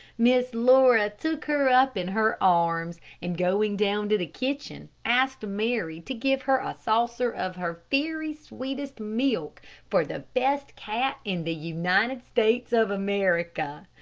miss laura took her up in her arms, and going down to the kitchen, asked mary to give her a saucer of her very sweetest milk for the best cat in the united states of america.